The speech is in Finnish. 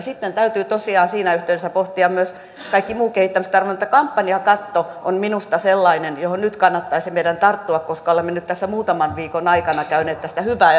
sitten täytyy tosiaan siinä yhteydessä pohtia myös kaikki muu kehittämistarve mutta kampanjakatto on minusta sellainen johon nyt kannattaisi meidän tarttua koska olemme nyt tässä muutaman viikon aikana käyneet tästä hyvää ja rakentavaa keskustelua